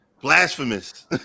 blasphemous